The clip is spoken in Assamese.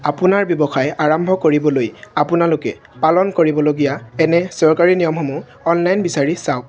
আপোনাৰ ব্যৱসায় আৰম্ভ কৰিবলৈ আপোনালোকে পালন কৰিবলগীয়া এনে চৰকাৰী নিয়মসমূহ অনলাইন বিচাৰি চাওক